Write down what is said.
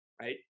right